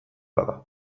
bada